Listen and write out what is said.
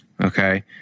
okay